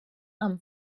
amb